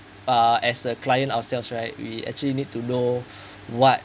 uh as a client ourselves right we actually need to know what